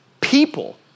people